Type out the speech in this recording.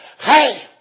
Hey